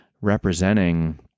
representing